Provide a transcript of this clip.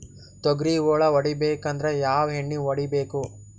ತೊಗ್ರಿ ಹುಳ ಹೊಡಿಬೇಕಂದ್ರ ಯಾವ್ ಎಣ್ಣಿ ಹೊಡಿಬೇಕು?